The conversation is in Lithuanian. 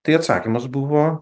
tai atsakymas buvo